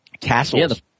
castles